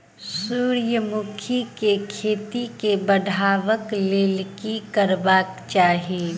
सूर्यमुखी केँ खेती केँ बढ़ेबाक लेल की करबाक चाहि?